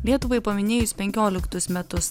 lietuvai paminėjus penkioliktus metus